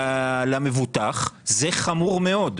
למבוטח זה חמור מאוד.